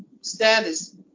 status